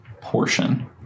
portion